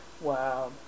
Wow